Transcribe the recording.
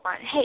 hey